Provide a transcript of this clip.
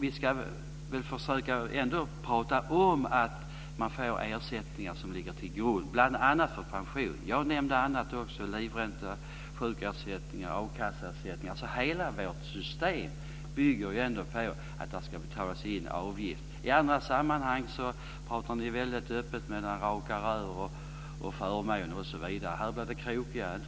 Vi ska försöka prata om att man får ersättningar som ligger till grund för bl.a. pension. Jag nämnde också annat, som livränta, sjukersättning och a-kasseersättning. Hela vårt system bygger på att det ska betalas in avgifter. I andra sammanhang pratar ni väldigt öppet och med raka rör om förmåner osv. Här blir det lite krokigare,